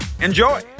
Enjoy